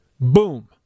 boom